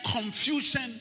confusion